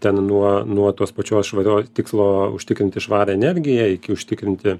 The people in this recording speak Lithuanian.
ten nuo nuo tos pačios švario tikslo užtikrinti švarią energiją iki užtikrinti